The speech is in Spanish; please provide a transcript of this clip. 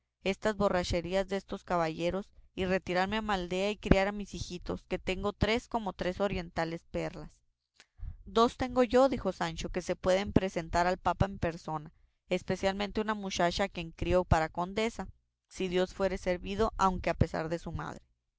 estas borracherías destos caballeros y retirarme a mi aldea y criar mis hijitos que tengo tres como tres orientales perlas dos tengo yo dijo sancho que se pueden presentar al papa en persona especialmente una muchacha a quien crío para condesa si dios fuere servido aunque a pesar de su madre